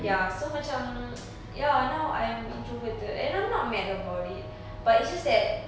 ya so macam ya now I'm introverted and I'm not mad about it but it's just that